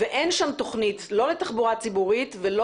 - אין שם תכנית לא לתחבורה ציבורית ולא